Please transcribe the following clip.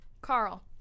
Carl